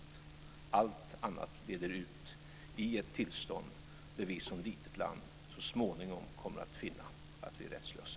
Allt annat leder ut i ett tillstånd där vi som litet land så småningom kommer att finna att vi är rättslösa.